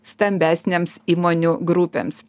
stambesnėms įmonių grupėms